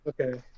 okay